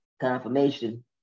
confirmation